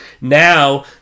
Now